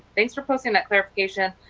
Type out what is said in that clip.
thanks for posting the clarification.